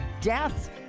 death